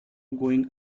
going